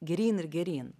geryn ir geryn